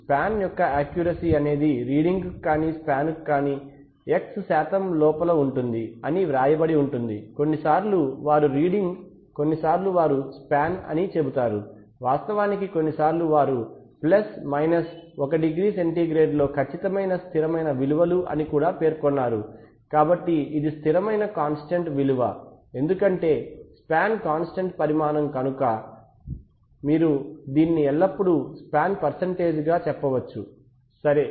span యొక్క accuracy అనేది reading కు కాని స్పాన్ కు కానీ X శాతం లోపల ఉంటుంది అని వ్రాయబడుతుంది కొన్నిసార్లు వారు రీడింగ్ కొన్నిసార్లు వారు స్పాన్ అని చెబుతారు వాస్తవానికి కొన్నిసార్లు వారు ప్లస్ మైనస్ 1 డిగ్రీ సెంటీగ్రేడ్లో ఖచ్చితమైన స్థిరమైన విలువలు అని కూడా పేర్కొన్నారు కాబట్టి ఇది స్థిరమైన కాంస్టంట్ విలువ ఎందుకంటే స్పాన్ కాంస్టంట్ పరిమాణం కనుక మీరు దీన్ని ఎల్లప్పుడూ స్పాన్ పర్సెంటేజ్ గా చెప్పవచ్చు సరే